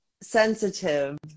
sensitive